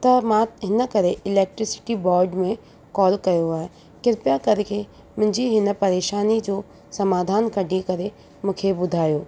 त मां हिन करे इलेक्ट्रिसिटी वॉड में कॉल कयो आहे कृपया करे मूंखे हिन परेशानीअ जो समाधान कढी करे मूंखे ॿुधयो